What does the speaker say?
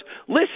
listen